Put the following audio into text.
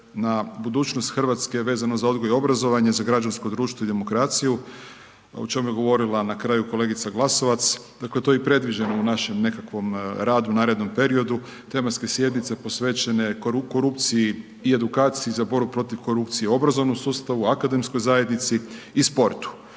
na budućnost Hrvatske, vezno za odgoj i obrazovanje, za građansko društvo i demokraciju, o čemu je govorila na kraju, kolegica Glasovac, dakle, to je i predloženo u našem nekakvom radu, u narednom periodu, tematske sjednice posvećene korupciji i edukaciji za borbu protiv korupcije u obrazovnom sustavu, akademskoj zajednici i sportu.